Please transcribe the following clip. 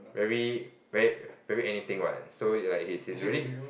very very very anything what so like he's he's really